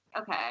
Okay